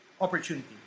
opportunity